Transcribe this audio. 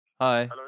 Hi